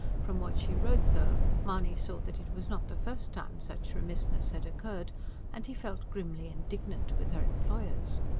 from what she wrote, though, mahony saw that it was not the first time such remissness had occurred and he felt grimly indignant with her employers.